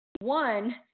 one